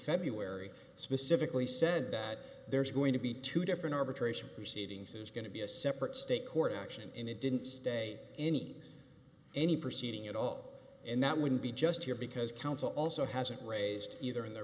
february specifically said that there's going to be two different arbitration reseating says going to be a separate state court action in a didn't stay any any proceeding at all and that wouldn't be just here because counsel also hasn't raised either in their